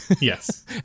Yes